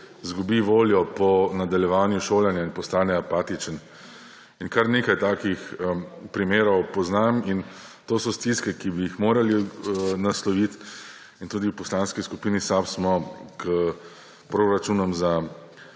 izgubi voljo po nadaljevanju šolanja in postane apatičen. Kar nekaj takih primerov poznam, in to so stiske, ki bi jih morali nasloviti. Tudi v Poslanski skupini SAB smo k proračunom za